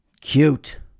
Cute